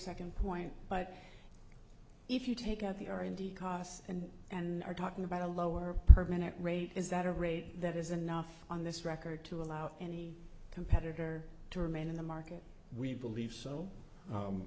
second point but if you take out the r and d costs and and are talking about a lower per minute rate is that a rate that is enough on this record to allow any competitor to remain in the market we believe so